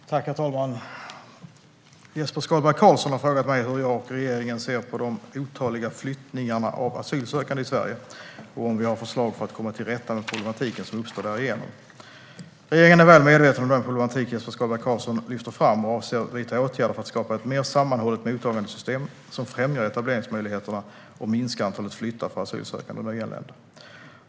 Svar på interpellationer Herr talman! Jesper Skalberg Karlsson har frågat mig hur jag och regeringen ser på de otaliga flyttningarna av asylsökande i Sverige och om vi har förslag för att komma till rätta med problematiken som uppstår därigenom. Regeringen är väl medveten om den problematik Jesper Skalberg Karlsson lyfter fram och avser att vidta åtgärder för att skapa ett mer sammanhållet mottagandesystem som främjar etableringsmöjligheterna och minskar antalet flyttar för asylsökande och nyanlända.